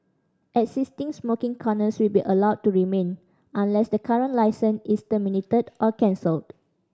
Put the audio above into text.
existing smoking corners will be allowed to remain unless the current licence is terminated or cancelled